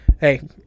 Hey